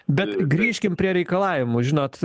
bet grįžkim prie reikalavimų žinot